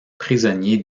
prisonnier